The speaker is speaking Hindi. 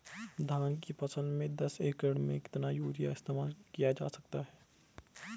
धान की फसल में दस एकड़ में कितना यूरिया इस्तेमाल किया जा सकता है?